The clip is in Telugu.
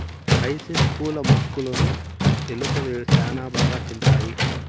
హైసింత్ పూల మొక్కలును ఎలుకలు శ్యాన బాగా తింటాయి